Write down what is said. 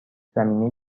زمینه